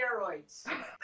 steroids